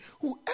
Whoever